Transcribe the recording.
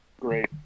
Great